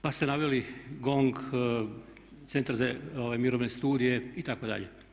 Pa ste naveli GONG, Centar za mirovne studije itd.